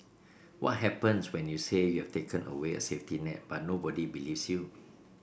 what happens when you say you've taken away a safety net but nobody believes you